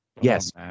Yes